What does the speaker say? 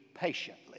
patiently